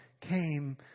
came